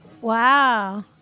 Wow